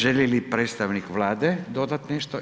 Želi li predstavnik Vlade dodat nešto?